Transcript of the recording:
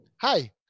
Hi